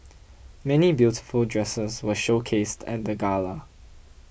many beautiful dresses were showcased at the gala